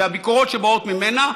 והביקורות שבאות ממנה,